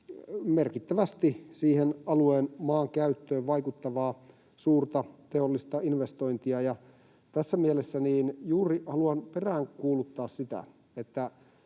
merkittävästi siihen alueen maankäyttöön vaikuttavaa suurta teollista investointia. Ja tässä mielessä juuri haluan peräänkuuluttaa sitä,